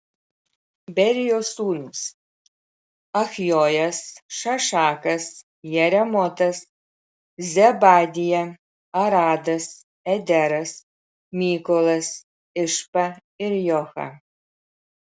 berijos sūnūs achjojas šašakas jeremotas zebadija aradas ederas mykolas išpa ir joha